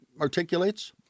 articulates